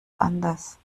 anders